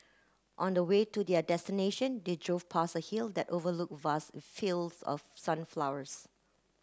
on the way to their destination they drove past a hill that overlook vast fields of sunflowers